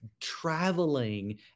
traveling